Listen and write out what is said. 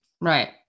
Right